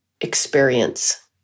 experience